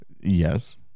Yes